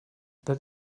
that